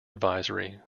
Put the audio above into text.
advisory